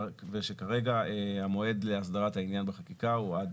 כרגע המועד להסדרת העניין בחקיקה הוא עד